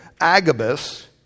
Agabus